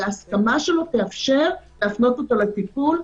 וההסכמה שלו תאפשר להפנות אותו לטיפול.